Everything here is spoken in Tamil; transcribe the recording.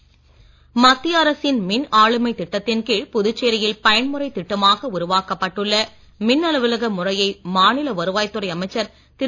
மின் அலுவலகம் மத்திய அரசின் மின் ஆளுமை திட்டத்தின் கீழ் புதுச்சேரியில் பயன்முறைத் திட்டமாக உருவாக்கப்பட்டுள்ள மின் அலுவலக முறையை மாநில வருவாய்த்துறை அமைச்சர் திரு